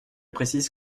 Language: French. précise